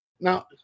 Now